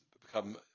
become